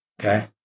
okay